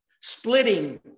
splitting